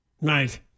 Right